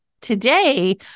today